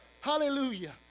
Hallelujah